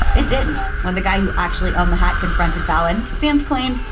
it didn't. when the guy who actually owned the hat confronted fallon, sanz claimed,